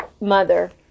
mother